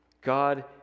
God